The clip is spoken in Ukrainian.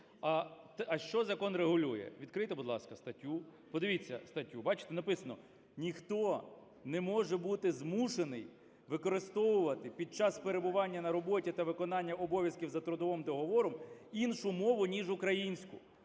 А що закон регулює? Відкрийте, будь ласка, статтю, подивіться статтю. Бачите, написано: "Ніхто не може бути змушений використовувати під час перебування на роботі та виконання обов'язків за трудовим договором іншу мову, ніж українська".